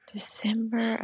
December